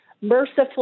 Mercifully